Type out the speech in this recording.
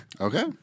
Okay